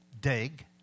dig